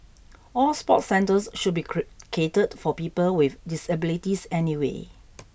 all sport centres should be catered for people with disabilities anyway